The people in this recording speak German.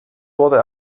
wurden